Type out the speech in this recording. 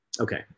Okay